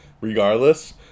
regardless